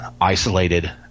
isolated